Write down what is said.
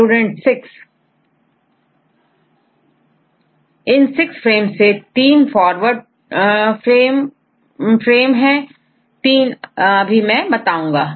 Student 6 इन6 frames में 3 forward frames हैं तीन अभी मैं बताऊंगा